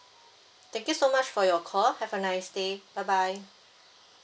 thank you so much for your call have a nice day bye bye